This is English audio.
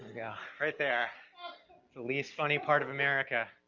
yeah right there, the least funny part of america.